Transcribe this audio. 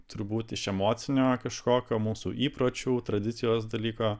turbūt iš emocinio kažkokio mūsų įpročių tradicijos dalyko